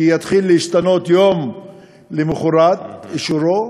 כי הוא יתחיל להשתנות יום למחרת אישורו,